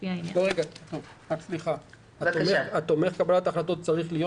לפי העניין." "תומך בקבלת החלטות" צריך להיות